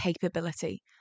capability